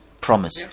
promise